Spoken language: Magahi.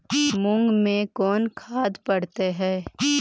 मुंग मे कोन खाद पड़तै है?